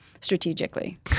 strategically